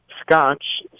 scotch